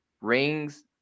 rings